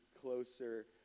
closer